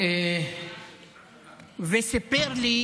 וסיפר לי